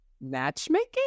matchmaking